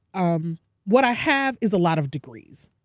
um what i have is a lot of degrees.